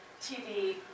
TV